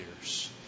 years